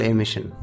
Emission